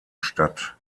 statt